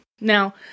Now